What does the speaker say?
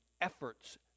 efforts